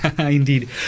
Indeed